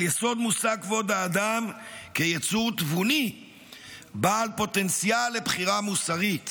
על יסוד מושג כבוד האדם כיצור תבוני בעל פוטנציאל לבחירה מוסרית